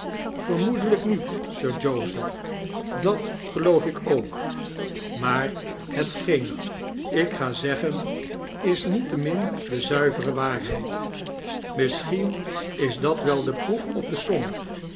ve'nnoedelijk niet sir joseph dat geloof ik ook maar hetgeen ik ga zeggen is niettemin de zuivere waarheid misschien is dat wel de proef op de som